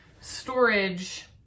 storage